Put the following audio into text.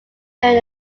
during